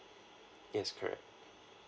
yes correct